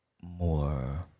More